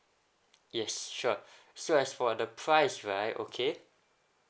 yes sure so as for the price right okay